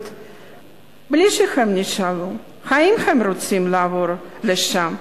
בלי שהם נשאלו אם הם רוצים לעבור לשם,